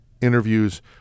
interviews